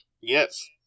Yes